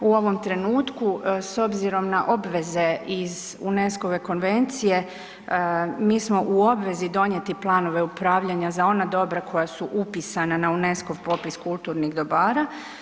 U ovom trenutku s obzirom na obveze UNESCO-ove konvencije, mi smo u obvezi donijeti planove upravljanja za ona dobra koja su upisana na UNESCO-ov popis kulturnih dobara.